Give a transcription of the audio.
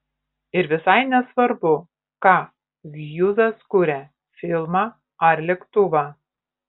ir visai nesvarbu ką hjūzas kuria filmą ar lėktuvą